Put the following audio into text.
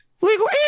legal